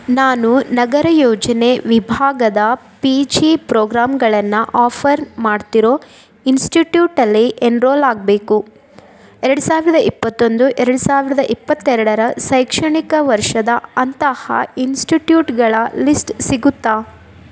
ನಾನು ನಗರ ಯೋಜನೆ ವಿಭಾಗದ ಪಿ ಜಿ ಪ್ರೋಗ್ರಾಮ್ಗಳನ್ನ ಆಫರ್ ಮಾಡ್ತಿರೋ ಇಸ್ಟಿಟ್ಯೂಟಲ್ಲಿ ಎನ್ರಾಲ್ ಆಗಬೇಕು ಎರ್ಡು ಸಾವಿರದ ಇಪ್ಪತ್ತೊಂದು ಎರ್ಡು ಸಾವಿರದ ಇಪ್ಪತ್ತೆರಡರ ಶೈಕ್ಷಣಿಕ ವರ್ಷದ ಅಂತಹ ಇನ್ಸ್ಟಿಟ್ಯೂಟ್ಗಳ ಲಿಸ್ಟ್ ಸಿಗುತ್ತಾ